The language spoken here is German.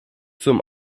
zum